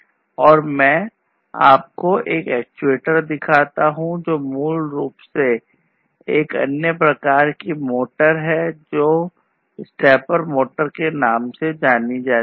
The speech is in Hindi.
और मैं आपको एक और एक्ट्यूएटर दिखाता हूं जो मूल रूप से एक अन्य प्रकार का मोटर है जो स्टेपर मोटर के नाम से जाना जाता है